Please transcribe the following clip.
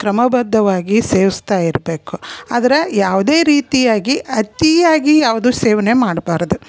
ಕ್ರಮಬದ್ಧವಾಗಿ ಸೇವಿಸ್ತಾ ಇರಬೇಕು ಆದ್ರೆ ಯಾವುದೇ ರೀತಿಯಾಗಿ ಅತಿಯಾಗಿ ಯಾವುದೂ ಸೇವನೆ ಮಾಡಬಾರ್ದು